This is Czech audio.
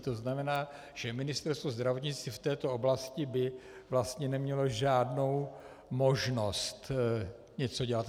To znamená, že Ministerstvo zdravotnictví v této oblasti by vlastně nemělo žádnou možnost něco dělat.